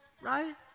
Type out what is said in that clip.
Right